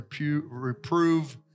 Reprove